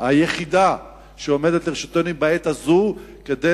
היחידה שעומדת לרשותנו בעת הזאת כדי